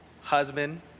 husband